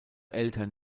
eltern